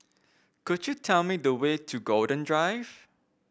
could you tell me the way to Golden Drive